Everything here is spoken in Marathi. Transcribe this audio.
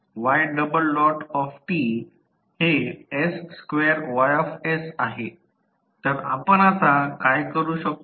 तर आपण आता काय करू शकतो